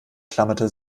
klammerte